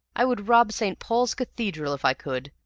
i would rob st. paul's cathedral if i could,